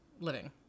living